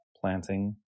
planting